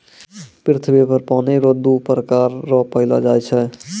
पृथ्वी पर पानी रो दु प्रकार रो पैलो जाय छै